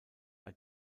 bei